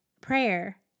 prayer